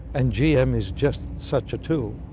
and gm is just such a tool.